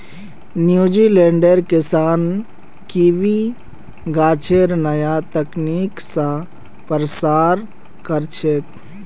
न्यूजीलैंडेर किसान कीवी गाछेर नया तकनीक स प्रसार कर छेक